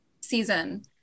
season